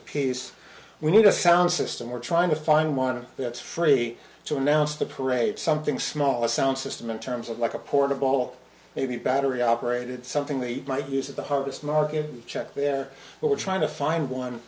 apiece we need a sound system we're trying to find one of that's free to announce the parade something small a sound system in terms of like a portable maybe a battery operated something they might use at the harvest market check there but we're trying to find one